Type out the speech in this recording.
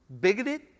bigoted